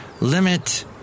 limit